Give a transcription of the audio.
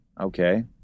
Okay